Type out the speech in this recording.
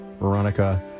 Veronica